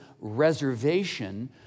reservation